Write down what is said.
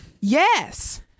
Yes